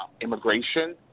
immigration